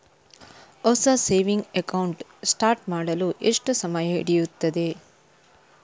ಹೊಸ saving account start ಮಾಡಲು ಎಷ್ಟು ಸಮಯ ಹಿಡಿಯುತ್ತದೆ?